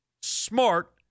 smart